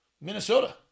Minnesota